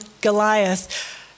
Goliath